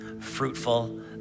fruitful